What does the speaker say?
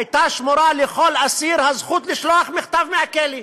הייתה שמורה לכל אסיר הזכות לשלוח מכתב מהכלא.